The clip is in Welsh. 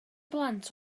blant